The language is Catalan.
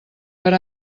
per